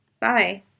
Bye